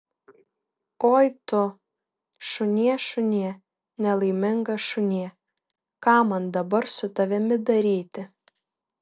oi tu šunie šunie nelaimingas šunie ką man dabar su tavimi daryti